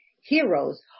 heroes